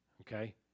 Okay